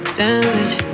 damage